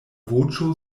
voĉo